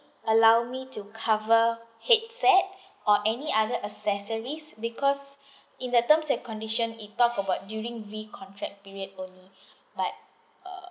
allow me to cover headset or any other accessories because in the terms and condition it talked about during the contract period only but uh